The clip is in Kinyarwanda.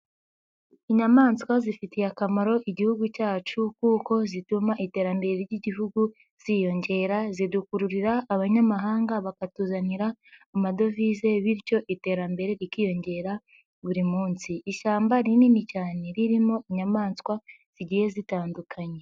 Inyamaswa zifitiye akamaro Igihugu cyacu kuko zituma iterambere ry'Igihugu ziyongera, zidukururira abanyamahanga bakatuzanira amadovize bityo iterambere rikiyongera buri munsi, ishyamba rinini cyane ririmo inyamaswa zigiye zitandukanye.